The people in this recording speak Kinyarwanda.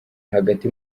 hagati